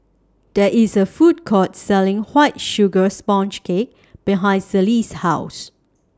There IS A Food Court Selling White Sugar Sponge Cake behind Celie's House